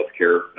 Healthcare